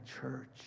church